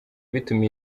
bituma